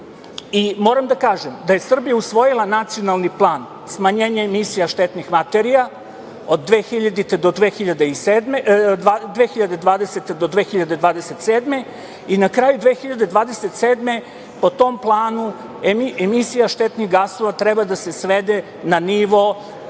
oblasti. Moram da je Srbija usvojila nacionalni plan smanjenja emisija štetnih materija, od 2020. do 2027. godine i na kraju 2027. godine po tom planu emisija štetnih gasova treba da se svede na